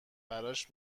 براش